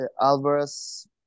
Alvarez